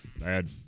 bad